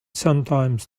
sometimes